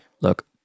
Look